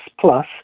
plus